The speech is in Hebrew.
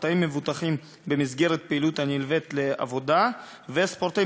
ספורטאים המבוטחים במסגרת פעילות הנלווית לעבודה וספורטאים